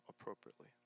appropriately